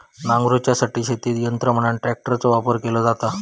नांगरूच्यासाठी शेतीत यंत्र म्हणान ट्रॅक्टरचो वापर केलो जाता